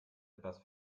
etwas